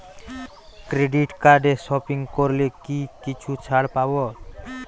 Credit কার্ডে shopping করলে কি কিছু ছাড় পাব?